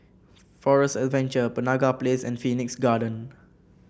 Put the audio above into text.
Forest Adventure Penaga Place and Phoenix Garden